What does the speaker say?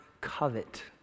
covet